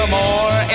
more